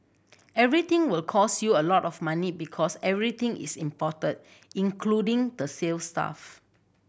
everything will cost you a lot of money because everything is imported including the sales staff